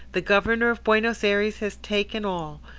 the governor of buenos ayres has taken all,